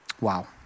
Wow